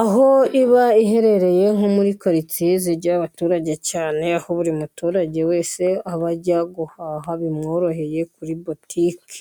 aho iba iherereye nko muri karitsiye zigira abaturage cyane, aho buri muturage wese aba ajya guhaha bimworoheye kuri botiki.